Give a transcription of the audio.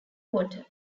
water